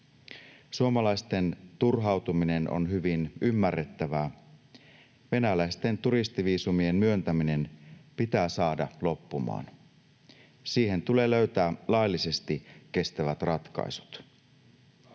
Suomalaisten turhautuminen on hyvin ymmärrettävää. Venäläisten turistiviisumien myöntäminen pitää saada loppumaan. Siihen tulee löytää laillisesti kestävät ratkaisut.